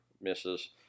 misses